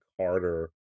Carter